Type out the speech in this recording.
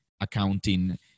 accounting